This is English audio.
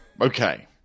Okay